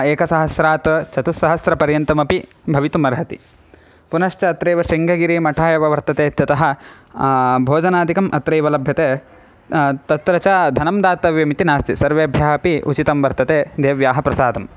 एकसहस्रात् चतुस्सहस्रपर्यन्तमपि भवितुमर्हति पुनश्च अत्रैव शृङ्गगिरिमठः एव वर्तते इत्यतः भोजनादिकम् अत्रैव लभ्यते तत्र धनं दातव्यम् इति नास्ति सर्वेभ्यः अपि उचितं वर्तते देव्याः प्रसादम्